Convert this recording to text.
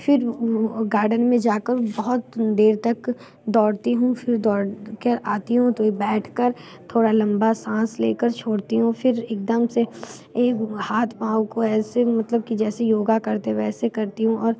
फिर गार्डन में जा कर बहुत देर तक दौड़ती हूँ फिर दौड़ कर आती हूँ तो बैठ कर थोड़ी लंबी साँस ले कर छोड़ती हूँ फिर एक दम से एक हाथ पाँव को ऐसे मतलब कि जैसी योग करते हैं वैसे करती हूँ और